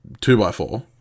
two-by-four